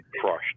crushed